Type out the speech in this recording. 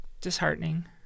disheartening